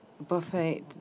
buffet